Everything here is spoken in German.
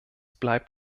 bleibt